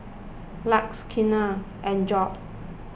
Lex Keanna and Gorge